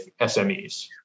SMEs